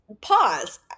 pause